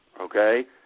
Okay